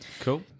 Cool